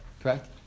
correct